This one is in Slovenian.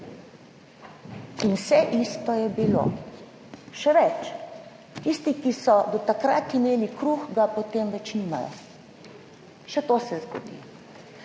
in vse isto je bilo. Še več, tisti, ki so do takrat imeli kruh, ga potem več nimajo. Še to se zgodi.